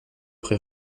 pré